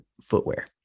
footwear